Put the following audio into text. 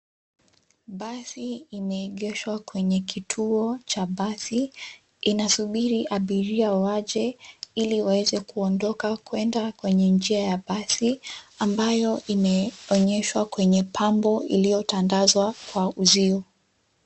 Basi imeegeshwa kwenye kituo cha basi inasubiri abiria waje ili waweze kuondoka kuenda kwenye njia ya basi ambayo imeonyeshwa kwenye pambo iliyotandazwa kwa uzio.